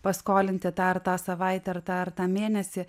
paskolinti tą ar tą savaitę ar tą ar tą mėnesį